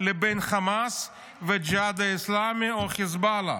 לבין חמאס והג'יהאד האסלאמי או חיזבאללה?